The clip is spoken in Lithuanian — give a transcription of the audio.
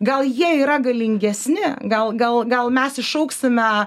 gal jie yra galingesni gal gal gal mes iššauksime